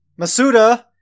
Masuda